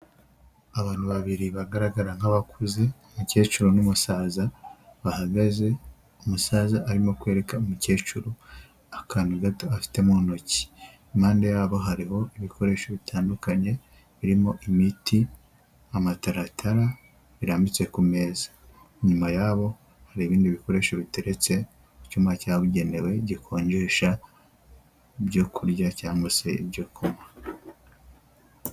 Abantu babiri bagaragara nk'abakuze umukecuru n'umusaza, bahagaze umusaza arimo kwereka umukecuru akantu gato afite mu ntoki, impande yabo hariho ibikoresho bitandukanye, birimo imiti, amataratara birambitse ku meza, inyuma yabo hari ibindi bikoresho biteretse, icyuma cyabugenewe gikonjesha ibyo kurya cyangwa se ibyo kunywa.